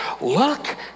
look